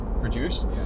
produce